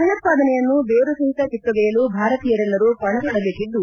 ಭಯೋತ್ವಾದನೆಯನ್ನು ಬೇರುಸಹಿತ ಕಿತ್ತೊಗೆಯಲು ಭಾರತೀಯರೆಲ್ಲರೂ ಪಣತೊಡಬೇಕಿದ್ದು